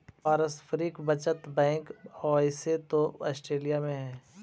पारस्परिक बचत बैंक ओइसे तो ऑस्ट्रेलिया में हइ